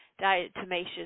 diatomaceous